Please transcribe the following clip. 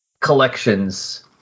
collections